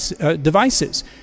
devices